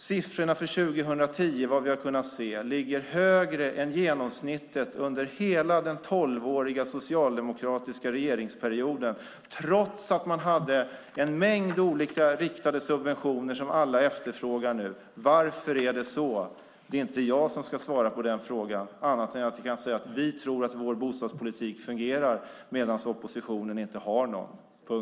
Siffrorna för 2010 har, såvitt vi har kunnat se, ligger högre än genomsnittet under hela den tolvåriga socialdemokratiska regeringsperioden, trots att man hade en mängd olika riktade subventioner som alla efterfrågar nu. Varför är det så? Det är inte jag som ska svara på den frågan. Jag kan bara säga att vi tror att vår bostadspolitik fungerar, medan oppositionen inte har någon.